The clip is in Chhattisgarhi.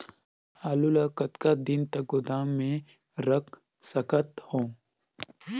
आलू ल कतका दिन तक गोदाम मे रख सकथ हों?